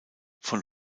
von